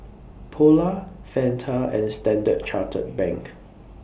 Polar Fanta and Standard Chartered Bank